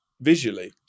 visually